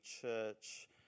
church